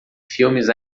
filmes